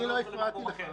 על דברים אחרים.